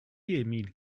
émile